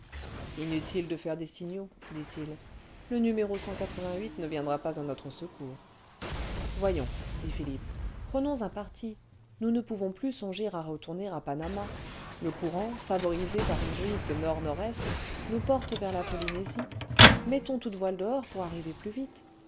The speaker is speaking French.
inutile de faire des signaux dit-il le n ne viendra pas à notre secours voyons dit philippe prenons un parti nous ne pouvons plus songer à retourner à panama le courant favorisé par une brise de n n e nous porte vers la polynésie mettons toutes voiles dehors pour arriver plus vite